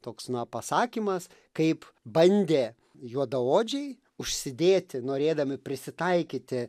toks pasakymas kaip bandė juodaodžiai užsidėti norėdami prisitaikyti